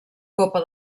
copa